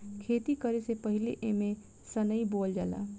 खेती करे से पहिले एमे सनइ बोअल जाला